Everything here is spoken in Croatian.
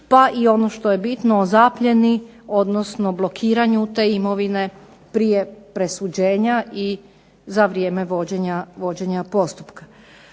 pa i ono što je bitno o zapljeni, odnosno blokiranju te imovine prije presuđenja i za vrijeme vođenja postupka.